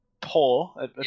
poor